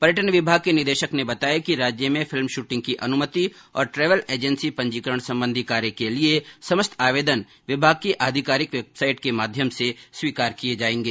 पर्यटन विभाग के निदेशक ने बताया कि राज्य में फिल्म शूटिंग की अनुमति और ट्रेवल एजेंसी पंजीकरण संबंधी कार्य के लिए समस्त आवेदन विभाग की आधिकारिक वेबसाइट के माध्यम से स्वीकार किये जाएंगे